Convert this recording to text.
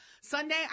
Sunday